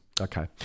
Okay